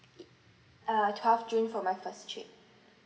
it err twelve june for my first trip